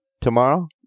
tomorrow